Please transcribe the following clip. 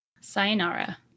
sayonara